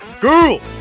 girls